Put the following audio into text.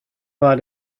war